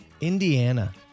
Indiana